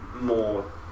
more